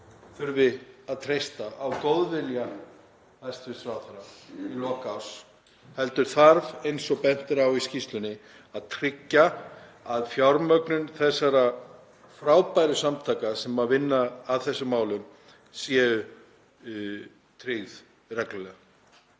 þurfi að treysta á góðvilja hæstv. ráðherra í lok árs heldur þarf, eins og bent er á í skýrslunni, að tryggja að fjármögnun þessara frábæru samtaka, sem vinna að þessum málum, sé tryggð reglulega.